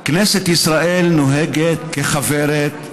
/ כנסת ישראל נוהגת ככוורת,